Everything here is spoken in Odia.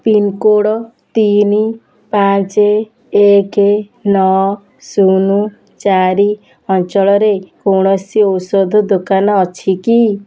ପିନ୍କୋଡ଼୍ ତିନି ପାଞ୍ଚ ଏକ ନଅ ଶୂନ ଚାରି ଅଞ୍ଚଳରେ କୌଣସି ଔଷଧ ଦୋକାନ ଅଛି କି